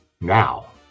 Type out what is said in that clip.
Now